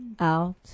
out